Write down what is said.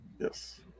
Yes